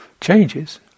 changes